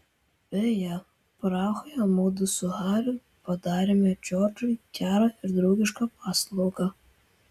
beje prahoje mudu su hariu padarėme džordžui gerą ir draugišką paslaugą